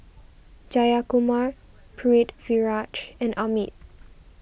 Jayakumar Pritiviraj and Amit